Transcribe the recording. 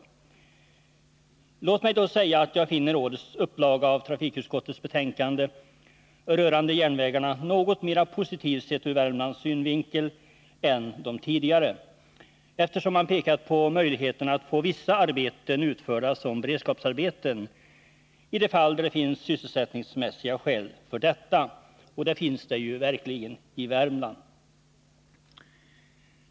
Låt mig dock säga att jag, sett ur Värmlands synvinkel, finner årets upplaga av trafikutskottets betänkande rörande järnvägarna något mera positivt än de tidigare, eftersom utskottet pekat på möjligheten att få vissa arbeten utförda som beredskapsarbeten, i de fall det finns sysselsättningsmässiga skäl för detta. Och det finns det ju verkligen i Värmland.